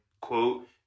quote